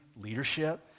leadership